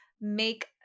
make